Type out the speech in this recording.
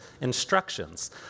instructions